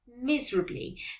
Miserably